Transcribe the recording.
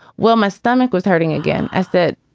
well, my stomach was hurting again. i said,